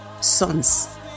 Sons